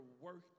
work